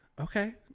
okay